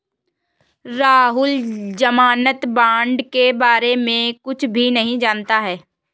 राहुल ज़मानत बॉण्ड के बारे में कुछ भी नहीं जानता है